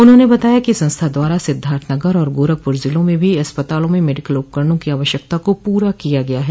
उन्होंने बताया कि संस्था द्वारा सिद्धार्थनगर और गोरखपुर जिलों में भी अस्पतालों में मेडिकल उपकरणों की आवश्यकता को पूरा किया गया है